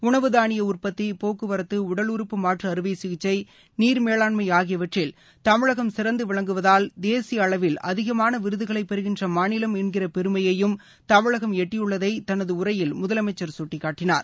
உணவு தானிய உற்பத்தி போக்குவரத்து உடலுறுப்பு மாற்று அறுவை சிகிச்சை நீர் மேலாண்மை ஆகியவற்றில் தமிழகம் சிறந்து விளங்குவதால் தேசிய அளவில் அதிகமான விருதுகளை பெறுகின்ற மாநிலம் என்கிற பெருமையையும் தமிழகம் எட்டியுள்ளதை தனது உரையில் முதலமைச்சர் சுட்டிக்காட்டினார்